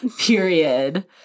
Period